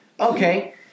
okay